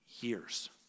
years